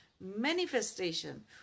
manifestation